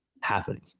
happening